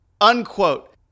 Unquote